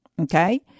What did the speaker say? Okay